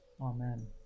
Amen